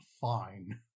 fine